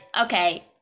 Okay